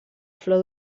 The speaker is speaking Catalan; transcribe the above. flor